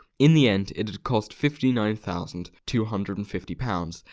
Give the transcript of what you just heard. in the end, it had cost fifty nine thousand two hundred and fifty pounds,